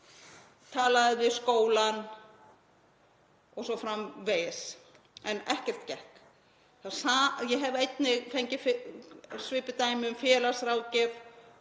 talaði við skólann o.s.frv. en ekkert gekk. Ég hef einnig fengið svipuð dæmi um félagsráðgjöf